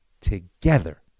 together